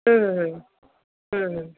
ହୁଁ ହୁଁ ହୁଁ